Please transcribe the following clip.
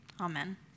Amen